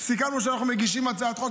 סיכמנו שאנחנו מגישים הצעת חוק.